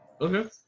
Okay